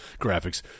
graphics